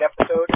episode